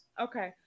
Okay